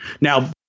Now